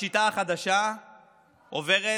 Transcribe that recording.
השיטה החדשה עוברת